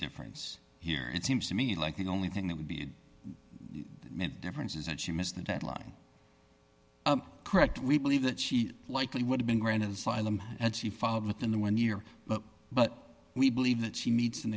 difference here it seems to me like the only thing that would be made a difference is that she missed the deadline correct we believe that she likely would have been granted asylum and she filed within the one year but but we believe that she needs an